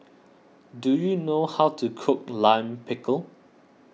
do you know how to cook Lime Pickle